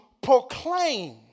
proclaim